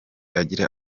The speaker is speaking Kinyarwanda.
agira